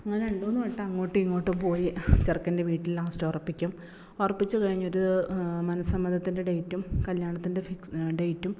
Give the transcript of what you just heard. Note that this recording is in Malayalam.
അങ്ങനെ രണ്ട് മൂന്ന് വട്ടം അങ്ങോട്ടും ഇങ്ങോട്ടും പോയി ചെറുക്കൻ്റെ വീട്ടിൽ ലാസ്റ്റ് ഉറപ്പിക്കും ഉറപ്പിച്ച് കഴിഞ്ഞട്ട് മനസ്സമ്മതത്തിൻ്റെ ഡേറ്റും കല്യാണത്തിൻ്റെ ഫിക്സ് ഡേറ്റും